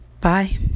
Bye